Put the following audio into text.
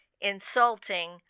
insulting